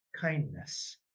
kindness